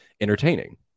entertaining